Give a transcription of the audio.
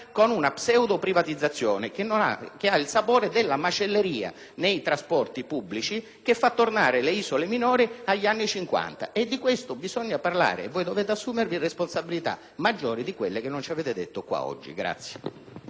con una pseudoprivatizzazione, che ha il sapore della macelleria nei trasporti pubblici e che fa tornare le isole minori agli anni Cinquanta. Di questo bisogna parlare. Voi dovete assumervi responsabilità maggiori di quelle che non avete assunto qui oggi.